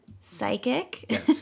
psychic